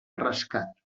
rescat